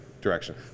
direction